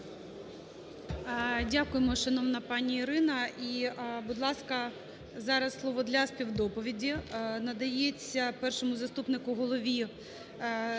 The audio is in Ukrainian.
Дякуємо, шановна пані Ірина. І, будь ласка, зараз слово для співдоповіді надається першому заступнику голови